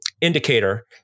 indicator